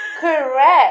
Correct